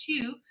two